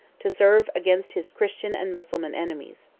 to serve against his christian and mussulman enemies.